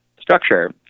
structure